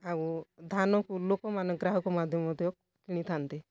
ଆଉ ଧାନକୁ ଲୋକମାନେ ଗ୍ରାହକ ମାଧ୍ୟ ମଧ୍ୟ କିଣିଥାନ୍ତି